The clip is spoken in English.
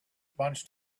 bunched